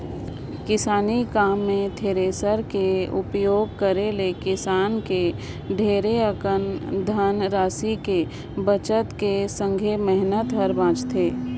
किसानी काम मे थेरेसर कर परियोग करे ले किसान कर ढेरे अकन धन रासि कर बचत कर संघे मेहनत हर बाचथे